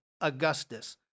Augustus